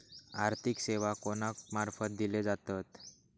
आर्थिक सेवा कोणा मार्फत दिले जातत?